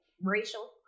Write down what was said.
racial